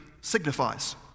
signifies